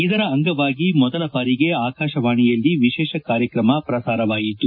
ಇದರ ಅಂಗವಾಗಿ ಮೊದಲ ಬಾರಿಗೆ ಆಕಾಶವಾಣಿಯಲ್ಲಿ ವಿಶೇಷ ಕಾರ್ಯಕ್ರಮ ಪ್ರಸಾರವಾಯಿತು